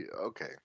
okay